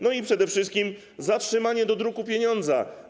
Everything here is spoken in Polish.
No i przede wszystkim zatrzymanie dodruku pieniądza.